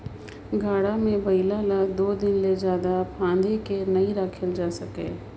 गाड़ा मे बइला ल दो दिन भेर फाएद के नी रखल जाए सके